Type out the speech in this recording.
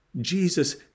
Jesus